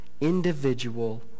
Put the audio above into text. individual